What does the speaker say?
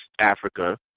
Africa